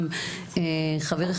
גם חברי,